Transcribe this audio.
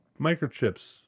microchips